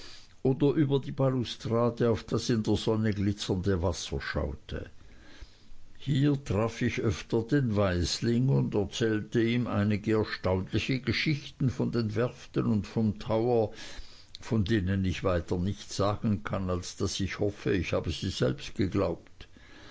oder über die balustrade auf das in der sonne glitzernde wasser schaute hier traf ich öfter den waisling und erzählte ihm einige erstaunliche geschichten von den werften und vom tower von denen ich weiter nichts sagen kann als daß ich hoffe ich habe sie selbst geglaubt